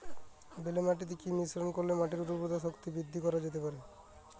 বেলে মাটিতে কি মিশ্রণ করিলে মাটির উর্বরতা শক্তি বৃদ্ধি করা যেতে পারে?